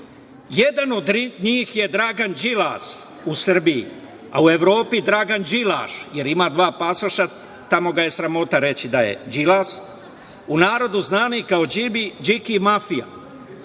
nije. Jedan od njih je Dragan Đilas u Srbiji, a u Evropi Dragan Đilaš, jer ima dva pasoša, tamo ga je sramota reći da je Đilas, u narodu znani kao Điki mafija.